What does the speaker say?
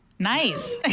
Nice